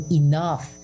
enough